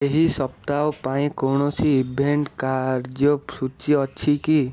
ଏହି ସପ୍ତାହ ପାଇଁ କୌଣସି ଇଭେଣ୍ଟ କାର୍ଯ୍ୟସୂଚୀ ଅଛି କି